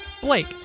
Blake